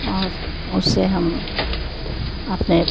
और उससे हम अपने